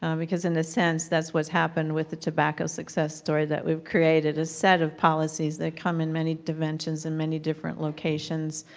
um because in the sense that's what happened with the tobacco success story that we've created, a set of policies that come in many dimensions in many different locations,